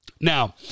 Now